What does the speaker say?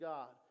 God